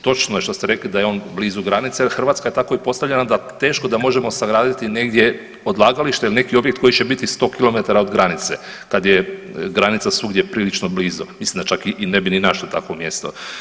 Točno je što ste rekli da je on blizu granice jel Hrvatska je tako i postavljena da teško da možemo sagraditi negdje odlagalište ili neki objekt koji će biti 100km od granice kad je granica svugdje prilično blizu, mislim da čak ne bi ni našli takvo mjesto.